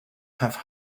have